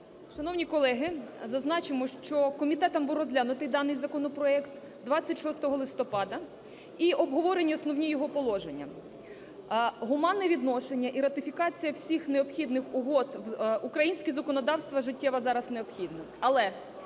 Шановні колеги, зазначимо, що комітетом був розглянутий даний законопроект 26 листопада і обговорені основні його положення. Гуманне відношення і ратифікація всіх необхідних угод в українське законодавство життєво зараз необхідне.